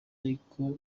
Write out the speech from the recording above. ariko